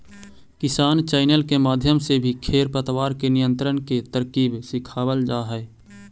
किसान चैनल के माध्यम से भी खेर पतवार के नियंत्रण के तरकीब सिखावाल जा हई